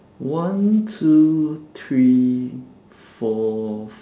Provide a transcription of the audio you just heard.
one two three four